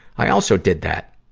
i also did that.